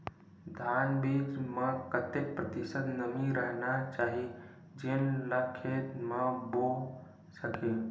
धान बीज म कतेक प्रतिशत नमी रहना चाही जेन ला खेत म बो सके?